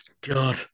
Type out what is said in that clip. God